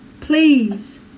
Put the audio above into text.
please